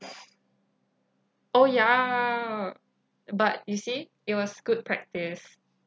oh ya but you see it was good practice